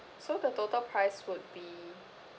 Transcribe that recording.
so the total price would be